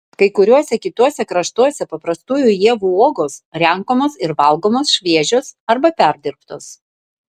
kai kuriuose kituose kraštuose paprastųjų ievų uogos renkamos ir valgomos šviežios arba perdirbtos